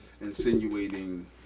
insinuating